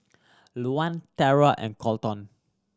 Louann Terra and Colton